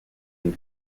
mean